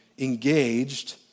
engaged